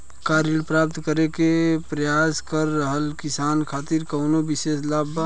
का ऋण प्राप्त करे के प्रयास कर रहल किसान खातिर कउनो विशेष लाभ बा?